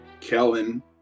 Kellen